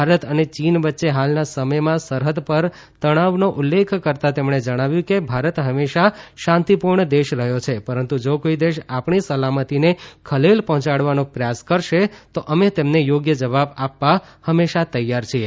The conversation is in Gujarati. ભારત અને ચીન વચ્ચે હાલના સમયમાં સરહદ પર તણાવનો ઉલ્લેખ કરતાં તેમણે જણાવ્યું કે ભારત હંમેશાં શાંતિપૂર્ણ દેશ રહ્યો છે પરંતુ જો કોઈ દેશ આપણી સલામતીને ખલેલ પર્હોચાડવાનો પ્રયાસ કરશે તો અમે તેમને યોગ્ય જવાબ આપવા હંમેશાં તૈયાર છીએ